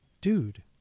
dude